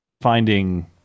finding